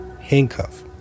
handcuff